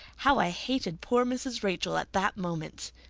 how i hated poor mrs. rachel at that moment!